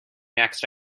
next